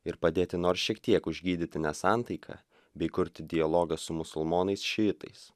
ir padėti nors šiek tiek užgydyti nesantaiką bei kurti dialogą su musulmonais šiitais